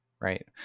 right